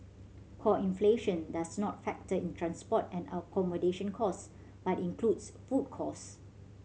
core inflation does not factor in transport and accommodation costs but includes food cost